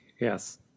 Yes